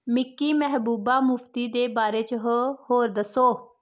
मिकी महबूबा मुफ्ती दे बारे च होर दस्सो